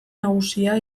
nagusia